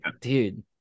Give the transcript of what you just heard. dude